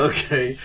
Okay